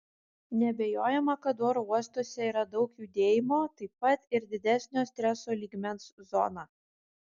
neabejojama kad oro uostuose yra daug judėjimo taip pat ir didesnio streso lygmens zona